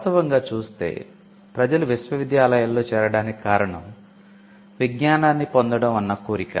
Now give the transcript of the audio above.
వాస్తవంగా చూస్తే ప్రజలు విశ్వవిద్యాలయాలలో చేరడానికి కారణం విజ్ఞానాన్ని పొందడం అన్న కోరిక